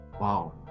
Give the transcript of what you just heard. Wow